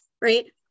right